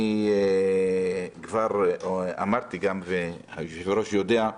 כבר אמרתי, והיושב-ראש יודע,